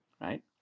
right